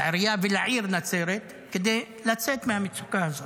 לעירייה ולעיר נצרת לצאת מהמצוקה הזאת.